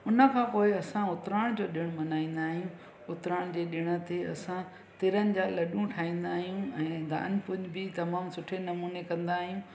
हुन खां पोइ असां उतराण जो ॾिणु मल्हाईंदा आहियूं उतराण जे ॾिण ते असां तीरनि जा लड्डू ठाईंदा आहियूं ऐं दान पूॼा बि तमामु सुठे नमूने कंदा आहियूं